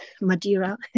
Madeira